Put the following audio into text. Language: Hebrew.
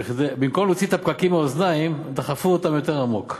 במקום להוציא את הפקקים מהאוזניים דחפו אותם יותר עמוק.